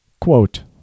quote